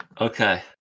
Okay